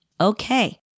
Okay